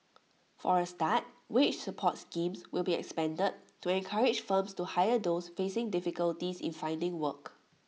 for A start wage support schemes will be expanded to encourage firms to hire those facing difficulties in finding work